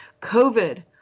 covid